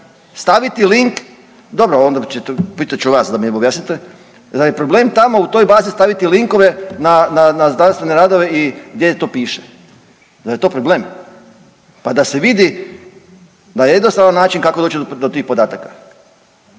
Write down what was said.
staviti link, dobro onda pitat ću vas da mi objasnite, zar je problem tamo u toj bazi staviti linkove na znanstvene radove i gdje to piše. Zar je to problem? Pa da se vidi na jednostavan način kako doći do tih podataka,